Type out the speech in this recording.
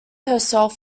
herself